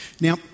Now